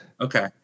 Okay